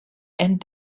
and